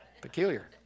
peculiar